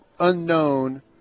unknown